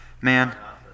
man